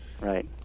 right